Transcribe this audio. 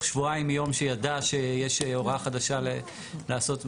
שבועיים מיום שידע שיש הוראה חדשה לעשות?